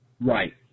Right